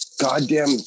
Goddamn